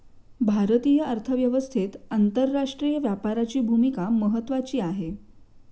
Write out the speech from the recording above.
भारतीय अर्थव्यवस्थेत आंतरराष्ट्रीय व्यापाराची भूमिका महत्त्वाची आहे